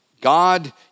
God